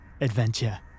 adventure